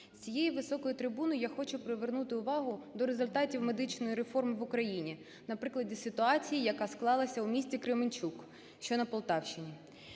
з цієї високої трибуни я хочу привернути увагу до результатів медичної реформи в Україні на прикладі ситуації, яка склалася у місті Кременчук, що на Полтавщині.